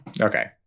Okay